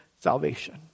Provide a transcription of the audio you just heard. salvation